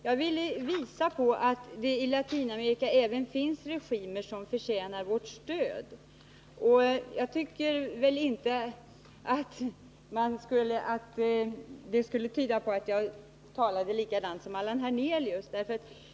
Jag ville visa på att det i Latinamerika även finns regimer som förtjänar vårt stöd, och jag tycker inte att det skulle tyda på att jag talade likadant som Allan Hernelius.